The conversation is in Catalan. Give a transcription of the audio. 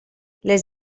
les